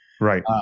right